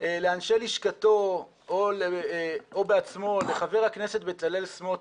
לאנשי לשכתו או לחבר הכנסת בצלאל סמוטריץ'